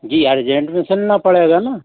जी urgent में सिलना पड़ेगा ना